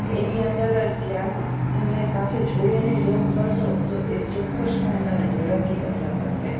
એની અંદર ધ્યાનને સાથે જોડી અને યોગ કરશો તો એ ચોક્કસપણે તમને ઝડપથી અસર કરશે